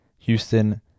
Houston